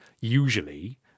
usually